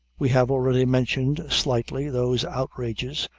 we have already mentioned slightly, those outrages,